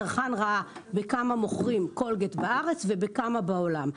הצרכן ראה בכמה מוכרים משפחת שיניים בארץ ובכמה בעולם.